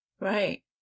Right